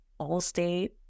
Allstate